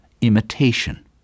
imitation